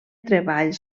treball